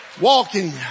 Walking